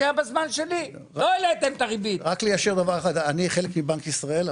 אני חלק מבנק ישראל,